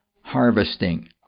harvesting